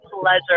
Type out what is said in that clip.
pleasure